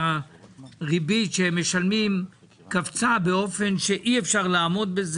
הריבית שהם משלמים קפצה באופן שאי-אפשר לעמוד בה.